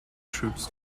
troops